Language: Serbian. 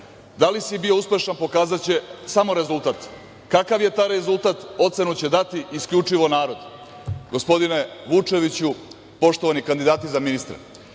Da li si bio uspešan pokazaće samo rezultat. Kakav je taj rezultat ocenu će dati isključivo narod. Gospodine Vučeviću, poštovani kandidati za ministra,